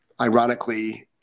Ironically